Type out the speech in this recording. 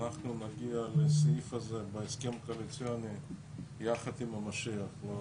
אנחנו נגיע לסעיף הזה בהסכם הקואליציוני יחד עם המשיח.